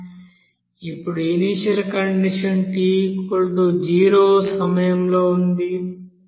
ఇప్పుడు initial condition t0 సమయంలో ఉంది